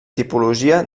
tipologia